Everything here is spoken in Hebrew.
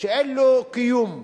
שאין לו קיום.